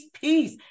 peace